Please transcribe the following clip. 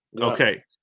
Okay